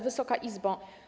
Wysoka Izbo!